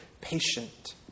patient